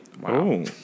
Wow